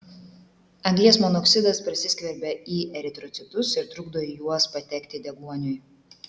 anglies monoksidas prasiskverbia į eritrocitus ir trukdo į juos patekti deguoniui